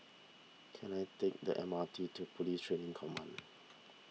can I take the M R T to Police Training Command